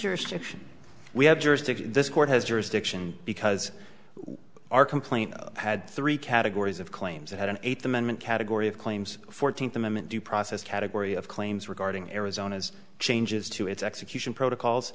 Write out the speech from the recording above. jurisdiction this court has jurisdiction because our complaint had three categories of claims it had an eighth amendment category of claims fourteenth amendment due process category of claims regarding arizona's changes to its execution protocols